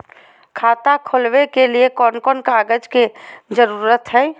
खाता खोलवे के लिए कौन कौन कागज के जरूरत है?